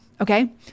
Okay